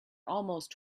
almost